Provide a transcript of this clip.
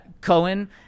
Cohen